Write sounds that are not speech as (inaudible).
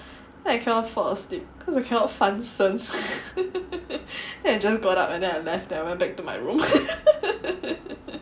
then I cannot fall asleep because I cannot 翻身 (laughs) then I just got up and I left then I went back to my room